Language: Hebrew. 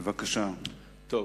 עוד